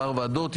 ועדות.